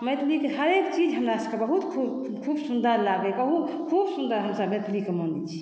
मैथिलीके हरेक चीज हमरासभके बहुत खूब सुन्दर लागैए खूब सुन्दर हमसभ मैथिलीके मानैत छी